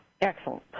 Excellent